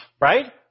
right